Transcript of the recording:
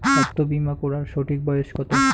স্বাস্থ্য বীমা করার সঠিক বয়স কত?